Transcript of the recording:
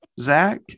Zach